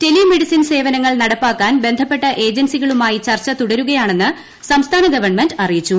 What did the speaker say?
tele medicine സേവനങ്ങൾ നടപ്പാക്കാൻ ബന്ധപ്പെട്ട ഏജൻസികളുമായി ചർച്ച തുടരുകയാണെന്ന് സംസ്ഥാന ഗവൺമെന്റ് അറിയിച്ചു